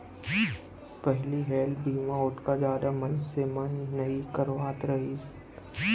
पहिली हेल्थ बीमा ओतका जादा मनसे मन नइ करवात रहिन